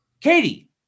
Katie